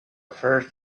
first